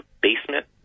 basement